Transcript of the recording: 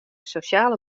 sosjale